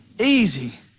easy